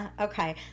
Okay